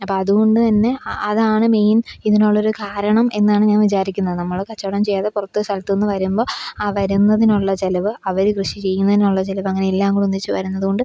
അപ്പം അതുകൊണ്ടുതന്നെ അതാണ് മെയിൻ ഇതിനുള്ളൊരു കാരണം എന്നാണ് ഞാൻ വിചാരിക്കുന്നത് നമ്മൾ കച്ചവടം ചെയ്യാതെ പുറത്ത് സ്ഥലത്തുനിന്ന് വരുമ്പോൾ ആ വരുന്നതിനുള്ള ചിലവ് അവർ കൃഷി ചെയ്യുന്നതിനുള്ള ചിലവ് അങ്ങനെ എല്ലാം കൂടെയൊന്നിച്ച് വരുന്നതുകൊണ്ട്